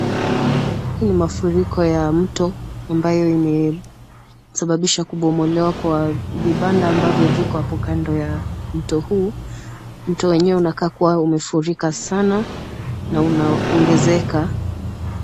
Mafuriko ya mto ambayo imesababisha kubomolewa kwa vibanda ambavyo viko hapo kando ya mto huu ,mto mwenyewe unaonekana umefurika sana na unaongezeka .